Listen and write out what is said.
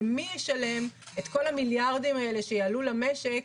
ומי ישלם את כל המיליארדים האלה שיעלו למשק,